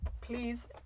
please